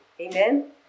Amen